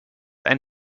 ein